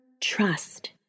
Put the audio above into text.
trust